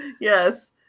Yes